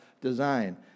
design